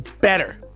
better